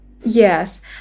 Yes